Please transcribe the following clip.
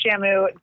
Shamu